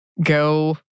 go